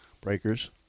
Breakers